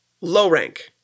low-rank